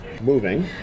moving